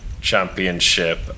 championship